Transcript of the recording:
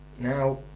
Now